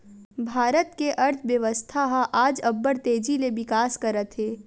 भारत के अर्थबेवस्था ह आज अब्बड़ तेजी ले बिकास करत हे